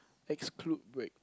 exclude break